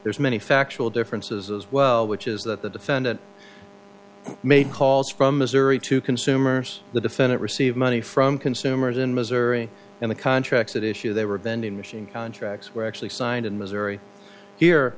there's many factual differences as well which is that the defendant made calls from missouri to consumers the defendant received money from consumers in missouri and the contracts that issue they were vending machine contracts were actually signed in missouri here